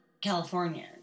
California